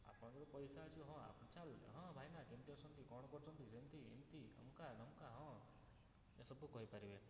ଆପଣଙ୍କର ପଇସା ଅଛି ହଁ ହଁ ଭାଇ କେମିତି ଅଛନ୍ତି କ'ଣ କରୁଛନ୍ତି ଏମିତି ସେମିତି ଅମକା ଢମକା ହଁ ଏସବୁ କହିପାରିବେ